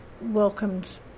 welcomed